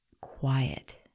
quiet